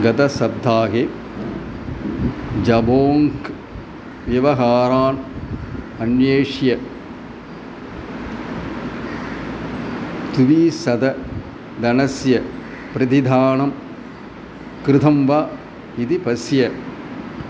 गतसप्ताहे जबोङ्क् व्यवहारान् अन्विष्य द्विशतं दिनस्य प्रतिदानं कृतं वा इति अस्य